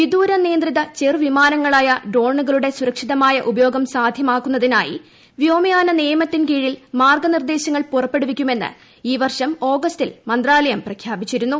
വിദൂര നിയന്ത്രിത ചെറു വിമാനങ്ങളായ ഡ്രോണുകളുടെ സുരക്ഷിതമായ ഉപയോഗം സാധ്യമാക്കുന്നതിനായി വ്യോമയാന നിയമത്തിൻ കീഴിൽ മാർഗ്ഗ നിർദ്ദേശങ്ങൾ പുറപ്പെടുവിക്കുമെന്ന് ഈ വർഷം ഓഗസ്റ്റിൽ മന്ത്രാലയം പ്രഖ്യാപിച്ചിരുന്നു